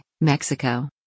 Mexico